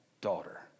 daughter